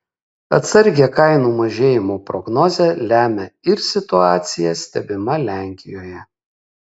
atsargią kainų mažėjimo prognozę lemia ir situacija stebima lenkijoje